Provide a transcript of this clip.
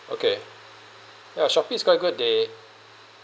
okay ya Shopee is quite good they